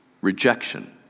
rejection